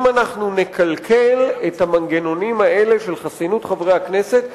אם אנחנו נקלקל את המנגנונים האלה של חסינות חברי הכנסת,